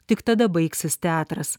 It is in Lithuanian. tik tada baigsis teatras